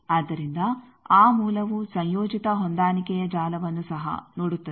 ಆದ್ದರಿಂದ ಆ ಮೂಲವು ಸಂಯೋಜಿತ ಹೊಂದಾಣಿಕೆಯ ಜಾಲವನ್ನು ಸಹ ನೋಡುತ್ತದೆ